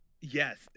yes